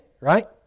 right